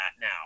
now